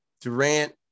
Durant